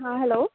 ہاں ہیلو